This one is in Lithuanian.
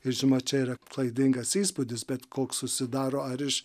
ir žinoma čia yra klaidingas įspūdis bet koks susidaro ar iš